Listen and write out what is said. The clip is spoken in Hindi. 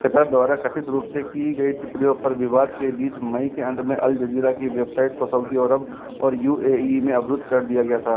कतर द्वारा कथित रूप से की गई टिप्पणियों पर विवाद के बीच मई के अंत में अल जज़ीरा की वेबसाइट को सऊदी अरब और यू ए ई में अवरुद्ध कर दिया गया था